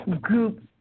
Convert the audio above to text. group